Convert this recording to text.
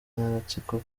n’agatsiko